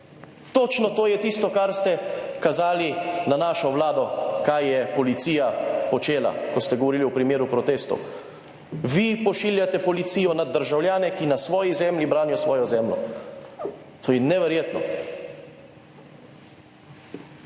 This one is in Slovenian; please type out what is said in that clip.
Točno to je tisto, kar ste kazali na našo Vlado, kaj je policija počela, ko ste govorili o primeru protestov. Vi pošiljate policijo nad državljane, ki na svoji zemlji branijo svojo zemljo. To je neverjetno.